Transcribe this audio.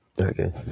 Okay